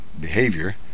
behavior